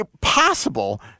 possible